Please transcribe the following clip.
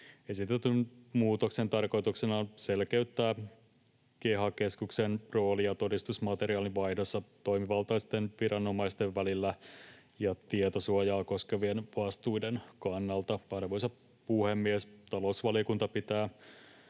Esitetyn muutoksen tarkoituksena on selkeyttää KEHA-keskuksen roolia todistusmateriaalin vaihdossa toimivaltaisten viranomaisten välillä ja tietosuojaa koskevien vastuiden kannalta. Arvoisa puhemies! Talousvaliokunta pitää